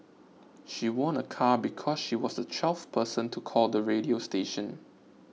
she won a car because she was the twelfth person to call the radio station